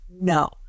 no